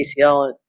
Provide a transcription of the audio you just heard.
ACL